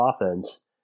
offense